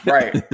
Right